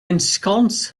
ensconce